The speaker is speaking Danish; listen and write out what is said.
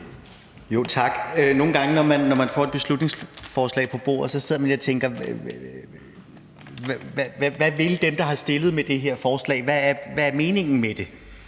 Nogle gange, når man får et beslutningsforslag på bordet, sidder man lidt og tænker: Hvad vil dem, der har fremsat det her forslag, med det – hvad er meningen med det?